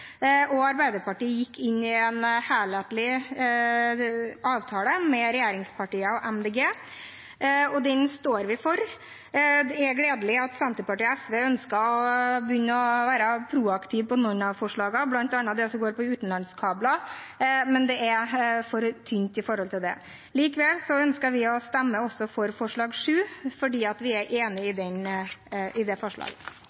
og Arbeiderpartiet gikk inn i en helhetlig avtale med regjeringspartiene og Miljøpartiet De Grønne. Den står vi for. Det er gledelig at Senterpartiet og SV ønsker å begynne å være proaktive på noen av forslagene, bl.a. det som går på utenlandskabler, men det er for tynt. Likevel ønsker vi å stemme for forslag nr. 7, for vi er enig i